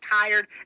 tired